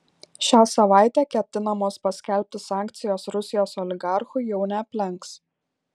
šią savaitę ketinamos paskelbti sankcijos rusijos oligarchų jau neaplenks